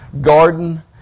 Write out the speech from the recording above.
garden